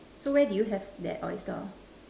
so where did you have that oyster